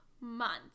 months